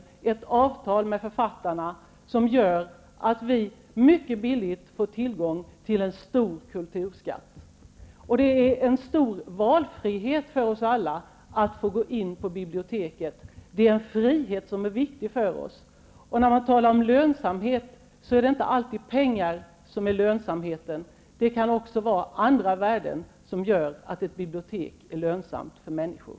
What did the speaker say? Det finns ju ett avtal med författarna. Därmed får vi mycket billigt tillgång till en stor kulturskatt. Det är en stor valfrihet för oss alla att få gå in på biblioteket. Det är också fråga om en viktig frihet för oss. När det gäller lönsamheten vill jag säga att pengar inte alltid är detsamma som lönsamhet. Också andra värden kan göra att ett bibliotek är lönsamt för människor.